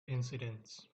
incidents